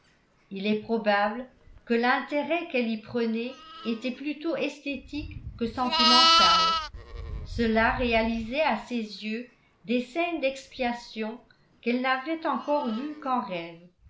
il est probable que l'intérêt qu'elle y prenait était plutôt esthétique que sentimental cela réalisait à ses yeux des scènes d'expiation qu'elle n'avait encore vues qu'en rêves